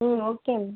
ம் ஓகே